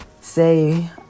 say